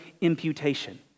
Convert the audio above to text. imputation